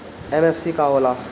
MFC का होला?